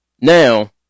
Now